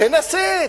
תנסה,